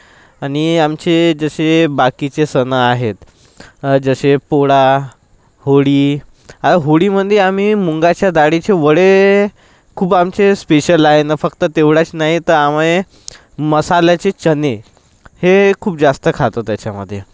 अनि आमचे जसे बाकीचे सण आहेत जसे पोळा होळी होळीमध्ये आम्ही मुगाच्या डाळीचे वडे खूप आमचे स्पेशल आहे आणि फक्त तेवढेच नाही तर आम्ही मसाल्याचे चणे हे खूप जास्त खातो त्याच्यामध्ये